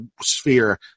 sphere